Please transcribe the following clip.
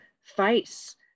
face